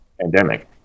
pandemic